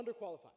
underqualified